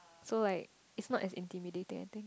so like it's not as intimidating I think